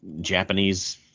Japanese